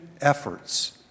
efforts